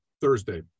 Thursday